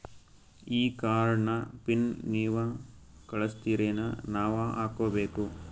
ಈ ಕಾರ್ಡ್ ನ ಪಿನ್ ನೀವ ಕಳಸ್ತಿರೇನ ನಾವಾ ಹಾಕ್ಕೊ ಬೇಕು?